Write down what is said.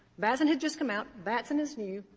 batson had just come out. batson is new.